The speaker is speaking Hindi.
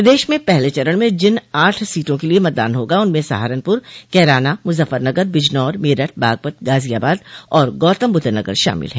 प्रदेश में पहले चरण में जिन आठ सीटों के लिए मतदान होगा उनमें सहारनपुर कैराना मुजफ्फरनगर बिजनौर मेरठ बागपत गाजियाबाद और गौतमबुद्धनगर शामिल हैं